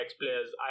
players